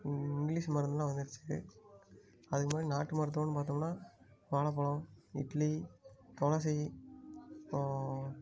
English மருந்தெல்லாம் வந்துடுச்சு அதுக்கு முன்னாடி நாட்டு மருத்துவம்னு பாத்தோமுன்னா வாழப்பழம் இட்லி துளசி அப்புறம்